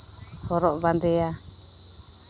ᱦᱚᱨᱚᱜ ᱵᱟᱸᱫᱮᱭᱟ